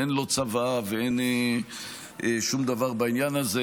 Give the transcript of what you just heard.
לו צוואה ואין שום דבר בעניין הזה.